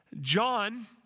John